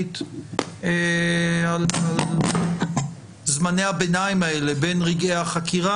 החוקתית על זמני הביניים האלה, בין רגעי החקירה.